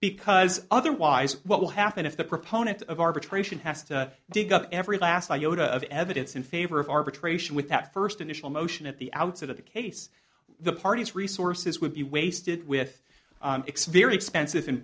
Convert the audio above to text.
because otherwise what will happen if the proponent of arbitration has to dig up every last iota of evidence in favor of arbitration without first initial motion at the outset of the case the parties resources would be wasted with very expensive and